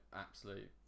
absolute